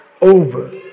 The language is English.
Over